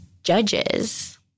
judges